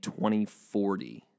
2040